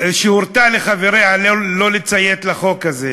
שהורתה לחבריה לא לציית לחוק הזה.